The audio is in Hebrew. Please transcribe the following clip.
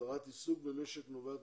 הסדרת עיסוק נובעת